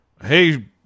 Hey